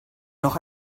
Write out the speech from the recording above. noch